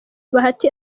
bahati